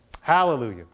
Hallelujah